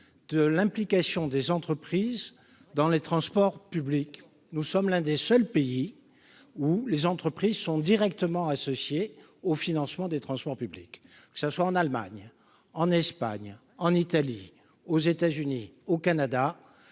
est l'implication des entreprises dans les transports publics. Nous sommes l'un des seuls pays où les entreprises sont directement associées au financement des transports publics. Que ce soit en Allemagne, en Espagne, en Italie, aux États-Unis ou au Canada,